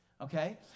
okay